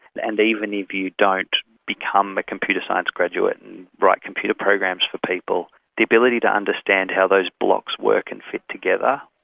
and even if you don't become a computer science graduate and write computer programs for people, the ability to understand how those blocks work and fit together,